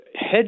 hedge